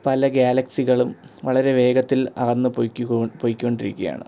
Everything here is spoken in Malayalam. പല ഗ്യാലക്സികളും വളരെ വേഗത്തിൽ അകന്ന് പോയിക്കൊണ്ട് പോയിക്കൊണ്ടിരിക്കാണ്